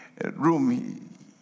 room